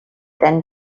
ten